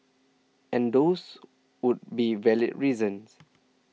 and those would be valid reasons